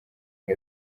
ngo